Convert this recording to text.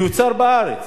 והוא יוצר בארץ.